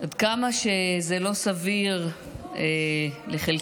כמה שזה לא סביר לחלקנו,